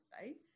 right